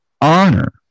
honor